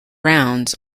rounds